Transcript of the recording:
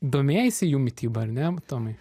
domėjaisi jų mityba ar ne tomai